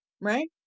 right